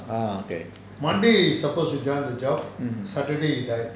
ah okay